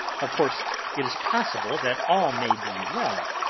of course it is possible that all may be well,